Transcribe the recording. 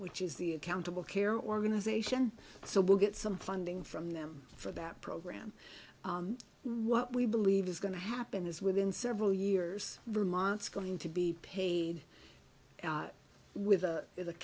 which is the accountable care organization so we'll get some funding from them for that program what we believe is going to happen is within several years vermont's going to be paid with